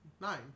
Nine